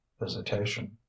visitation